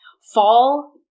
Fall